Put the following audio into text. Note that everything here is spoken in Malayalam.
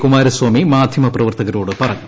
കുമാരസ്വാമി മാധൃമപ്രവർത്തകരോട് പറഞ്ഞു